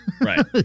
Right